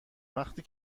وفتی